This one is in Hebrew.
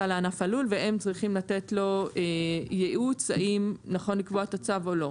על ענף הלול והם צריכים לתת לו ייעוץ האם נכון לקבוע את הצו או לא?